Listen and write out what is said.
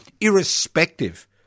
irrespective